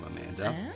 Amanda